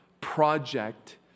project